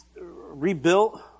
rebuilt